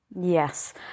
yes